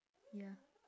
ya